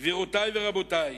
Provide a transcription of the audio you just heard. גבירותי ורבותי,